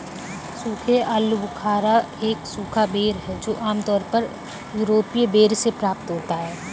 सूखे आलूबुखारा एक सूखा बेर है जो आमतौर पर यूरोपीय बेर से प्राप्त होता है